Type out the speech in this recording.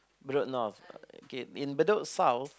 Bedok North okay in Bedok South